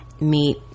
meet